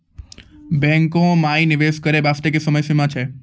बैंको माई निवेश करे बास्ते की समय सीमा छै?